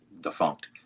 defunct